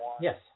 Yes